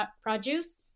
produce